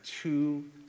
two